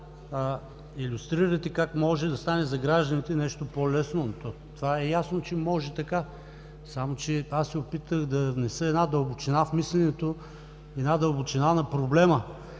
илюстрирате как може да стане за гражданите нещо по-лесно? Ясно е, че може така. Само че се опитах да внеса дълбочина в мисленето, една дълбочина на проблема,